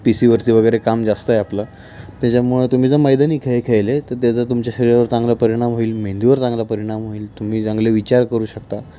P सीवरती वगैरे काम जास्त आहे आपलं त्याच्यामुळे तुम्ही जर मैदानी खेळ खेळले तर त्याचं तुमच्या शरीरावर चांगला परिणाम होईल मेंदूवर चांगला परिणाम होईल तुम्ही चांगले विचार करू शकता